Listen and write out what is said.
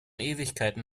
ewigkeiten